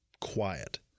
quiet